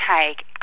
take